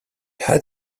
had